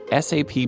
SAP